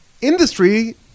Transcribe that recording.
industry